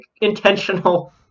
intentional